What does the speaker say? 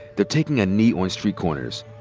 they're taking a knee on street corners.